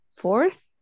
Fourth